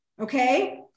okay